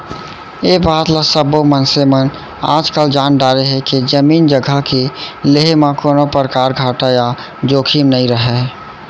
ए बात ल सब्बो मनसे मन आजकाल जान डारे हें के जमीन जघा के लेहे म कोनों परकार घाटा या जोखिम नइ रहय